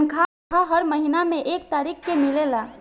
तनखाह हर महीना में एक तारीख के मिलेला